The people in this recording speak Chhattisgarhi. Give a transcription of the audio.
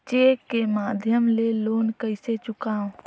चेक के माध्यम ले लोन कइसे चुकांव?